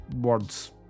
words